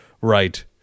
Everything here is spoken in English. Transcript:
right